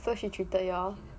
so she treated you all